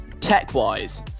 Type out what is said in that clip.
Tech-wise